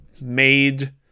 made